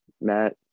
Matt